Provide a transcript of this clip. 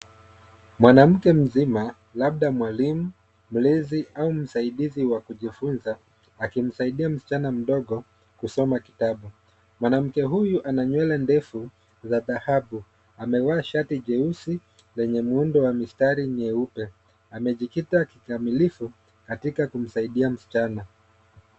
Mwanamke mzima labda mwalimu, mlezi au msaidizi wa kujifunza, akimsaidia msichana mdogo kusoma kitabu. Mwanamke huyu ana nywele ndefu ya dhahabu. Amevaa shati jeusi lenye muundo wa mistari nyeupe. Amejikita kikamilifu katika kumsaidia msichana.